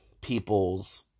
people's